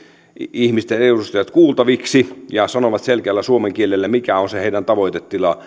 ihmisten edustajat kuultaviksi ja sanovat selkeällä suomen kielellä mikä on se heidän tavoitetilansa